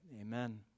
Amen